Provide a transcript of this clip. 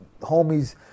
homies